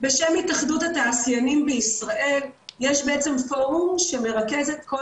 בשם התאחדו התעשיינים בישראל יש פורום שמרכז את כל